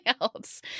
else